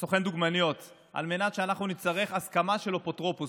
דוגמניות בכך שנצטרך הסכמה של אפוטרופוס.